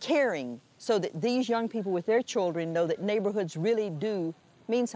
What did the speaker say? caring so that these young people with their children know that neighborhoods really do mean